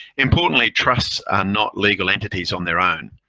importantly, trusts are not legal entities on their own.